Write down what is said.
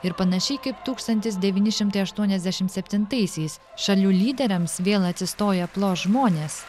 ir panašiai kaip tūkstantis devyni šimtai aštuoniasdešim septintaisiais šalių lyderiams vėl atsistoję plos žmonės